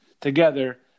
Together